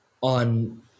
on